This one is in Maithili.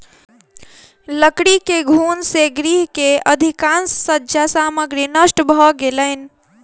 लकड़ी के घुन से गृह के अधिकाँश सज्जा सामग्री नष्ट भ गेलैन